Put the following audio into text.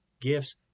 gifts